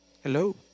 Hello